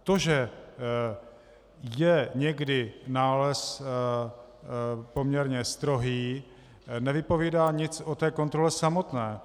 To, že je někdy nález poměrně strohý, nevypovídá nic o té kontrole samotné.